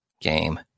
game